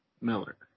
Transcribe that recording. Miller